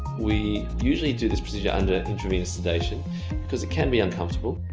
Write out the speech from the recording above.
we usually do this procedure under intravenous sedation because it can be uncomfortable.